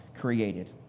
created